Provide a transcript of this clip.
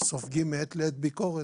סופגים מעת לעת ביקורת,